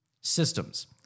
Systems